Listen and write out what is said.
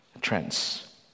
trends